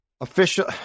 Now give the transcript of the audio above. Official